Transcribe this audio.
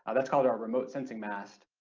ah that's called our remote sensing mast,